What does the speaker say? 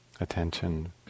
attention